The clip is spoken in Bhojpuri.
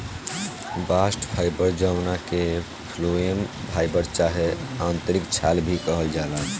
बास्ट फाइबर जवना के फ्लोएम फाइबर चाहे आंतरिक छाल भी कहल जाला